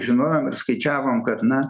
žinojom ir skaičiavom kad na